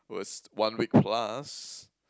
was one week plus